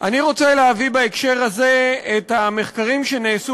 אני רוצה להביא בהקשר הזה את המחקרים שנעשו